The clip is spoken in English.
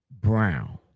Brown